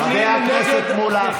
חבר הכנסת מולא,